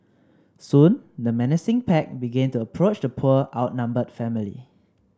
soon the menacing pack began to approach the poor outnumbered family